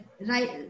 right